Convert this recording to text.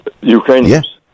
Ukrainians